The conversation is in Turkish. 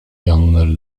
yanlıları